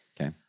Okay